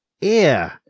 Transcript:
ear